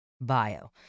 bio